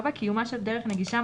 קיומה של דרך נגישה,